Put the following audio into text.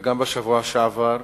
וגם בשבוע שעבר.